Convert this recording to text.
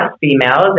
females